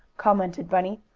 commented bunny.